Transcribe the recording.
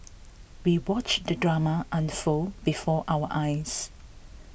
we watched the drama unfold before our eyes